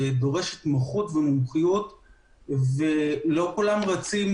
זה דורש התמחות ומומחיות ולא כולם רוצים